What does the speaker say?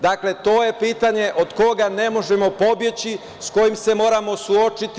Dakle, to je pitanje od koga ne možemo pobeći, sa kojim se moramo suočiti.